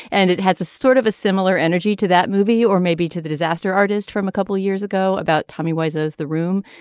and it has a sort of a similar energy to that movie or maybe to the disaster artist from a couple years ago about tommy wise as the room.